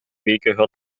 gehört